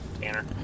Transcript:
Tanner